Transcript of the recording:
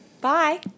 bye